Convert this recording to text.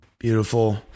Beautiful